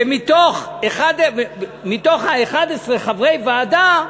ומתוך 11 חברי ועדה,